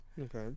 Okay